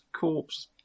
corpse